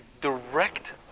direct